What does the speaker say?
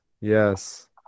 yes